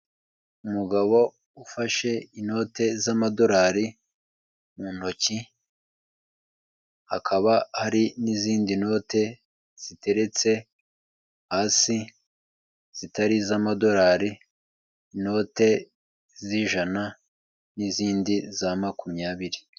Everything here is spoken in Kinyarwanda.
Umugabo ufashe inote z'amadolari mu ntoki, hakaba hari n'izindi note ziteretse hasi zitari iz'amadolari, inote z'ijana n'izindi za makumyabiri.